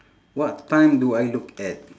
what time do I look at